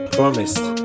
promised